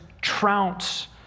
trounce